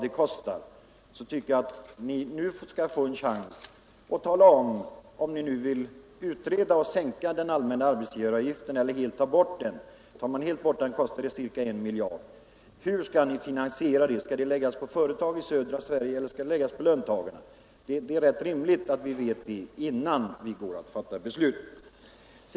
Erfarenheten från tidigare utredningar säger oss nämligen att ni gärna är med och föreslår nya reformer eller skattesänkningar men aldrig vill vara med och betala vad det kostar. Det är rimligt att vi nu får ett besked beträffande finansieringen, innan vi går till beslut.